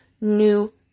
new